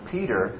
Peter